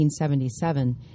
1977